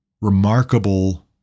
remarkable